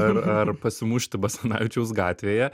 ar ar pasimušti basanavičiaus gatvėje